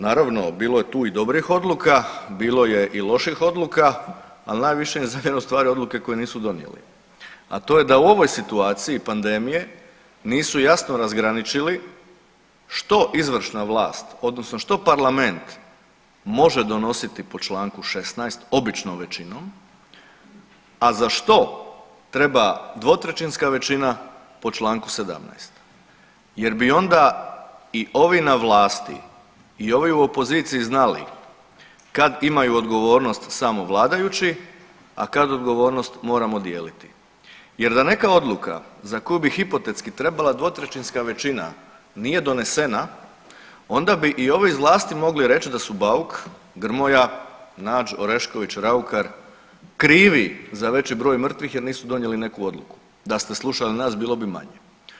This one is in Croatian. Naravno bilo je tu i dobrih odluka, bilo je i loših odluka, a najviše … odluke koje nisu donijeli, a to je da u ovoj situaciji pandemije nisu jasno razgraničili što izvršna vlast odnosno što Parlament može donositi po čl. 16. običnom većinom, a za što treba dvotrećinska većina po čl. 17. jer bi onda i ovi na vlasti i ovi u opoziciji znali kad imaju odgovornost samo vladajući, a kad odgovornost moramo dijeliti jer da neka odluka za koju bi hipotetski trebala dvotrećinska većina nije donesena, onda bi i ovi iz vlasti reć da su Bauk, Grmoja, Nađ, Orešković, Raukar krivi za veći broj mrtvih jer nisu donijeli neku odluku, da ste slušali nas bilo bi manje.